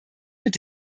mit